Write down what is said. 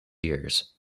years